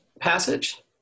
passage